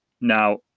Now